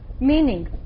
meaning